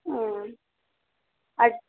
ಹ್ಞೂ ಅದು